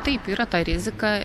taip yra ta rizika